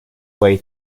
way